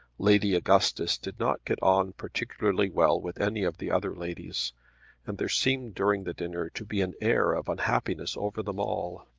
lady augustus did not get on particularly well with any of the other ladies and there seemed during the dinner to be an air of unhappiness over them all.